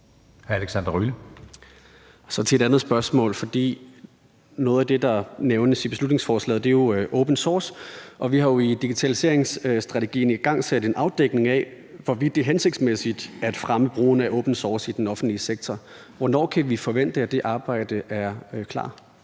Så vil jeg gå til et andet spørgsmål. Noget af det, der nævnes i beslutningsforslaget er jo open source, og vi har jo i digitaliseringsstrategien igangsat en afdækning af, hvorvidt det er hensigtsmæssigt at fremme brugen af open source i den offentlige sektor. Hvornår kan vi forvente, at det arbejde er klar?